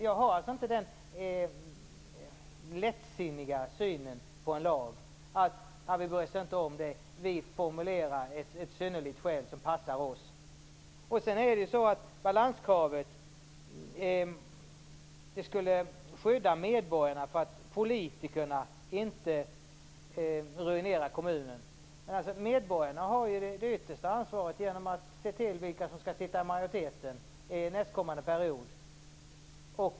Jag har inte den lättsinniga synen på en lag - vi bryr oss inte om det; vi formulerar ett synnerligt skäl som passar oss. Sedan skulle ju balanskravet skydda medborgarna så att politikerna inte ruinerar kommunen. Men medborgarna har ju det yttersta ansvaret genom att avgöra vilka som skall sitta i majoriteten nästkommande period.